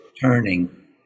turning